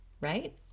right